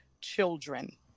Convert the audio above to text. children